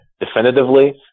definitively